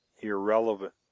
irrelevant